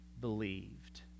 believed